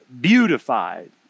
beautified